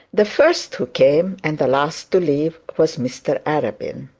the first who came and the last to leave was mr arabin.